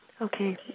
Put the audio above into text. Okay